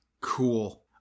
Cool